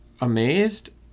amazed